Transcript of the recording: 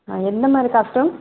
ஆ எந்த மாதிரி காஸ்ட்யூம்